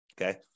Okay